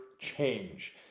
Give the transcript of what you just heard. change